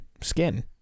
skin